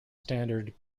standard